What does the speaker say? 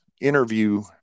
interview